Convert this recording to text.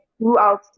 throughout